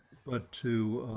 but to